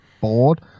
bored